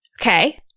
Okay